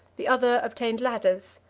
the other obtained ladders,